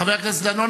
חבר הכנסת דנון,